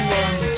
one